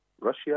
Russia